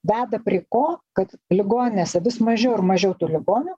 veda prie ko kad ligoninėse vis mažiau ir mažiau tų ligonių